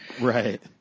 Right